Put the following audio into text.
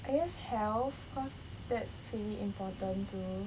I guess health cause that's pretty important too